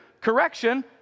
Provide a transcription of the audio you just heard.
correction